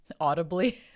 audibly